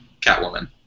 Catwoman